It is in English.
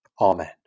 Amen